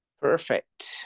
Perfect